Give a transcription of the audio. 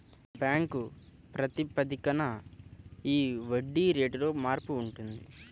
bank ప్రాతిపదికన ఈ వడ్డీ రేటులో మార్పు ఉంటుంది